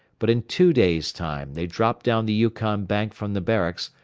but in two days' time they dropped down the yukon bank from the barracks,